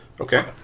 Okay